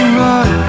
run